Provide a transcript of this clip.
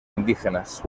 indígenas